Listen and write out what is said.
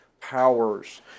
powers